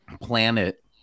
planet